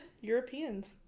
europeans